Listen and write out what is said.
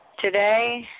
Today